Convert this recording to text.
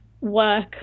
work